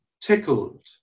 tickled